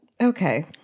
okay